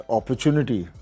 opportunity